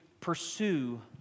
pursue